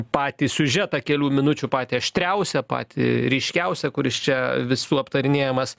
patį siužetą kelių minučių patį aštriausią patį ryškiausią kuris čia visų aptarinėjamas